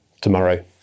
tomorrow